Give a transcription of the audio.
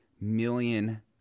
million